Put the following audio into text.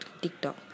TikTok